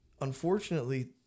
unfortunately